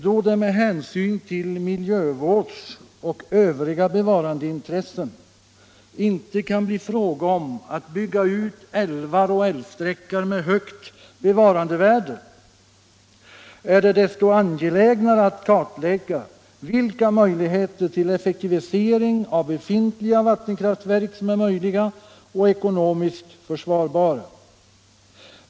”Då det med hänsyn till miljövårds och övriga bevarandeintressen inte kan bli fråga om att bygga ut älvar och älvsträckor med högt bevarandevärde är det desto angelägnare att kartlägga, vilka möjligheter till effektivisering av befintliga vattenkraftverk som är möjliga och ekonomiskt försvarbara.